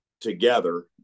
together